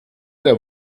der